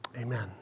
Amen